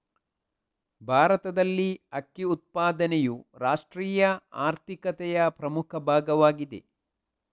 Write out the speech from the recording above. ಭಾರತದಲ್ಲಿ ಅಕ್ಕಿ ಉತ್ಪಾದನೆಯು ರಾಷ್ಟ್ರೀಯ ಆರ್ಥಿಕತೆಯ ಪ್ರಮುಖ ಭಾಗವಾಗಿದೆ